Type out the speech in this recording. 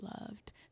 loved